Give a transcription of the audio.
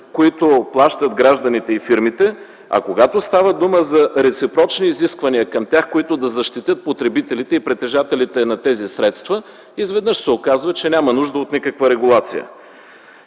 които плащат гражданите и фирмите. Когато става въпрос за реципрочни изисквания към тях, които да защитят потребителите и притежателите на тези средства, изведнъж се оказва, че няма нужда от никаква регулация.